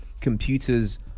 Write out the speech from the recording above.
computers